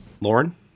Lauren